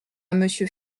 monsieur